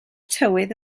tywydd